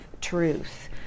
truth